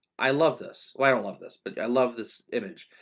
i love this. i don't love this. but i love this image,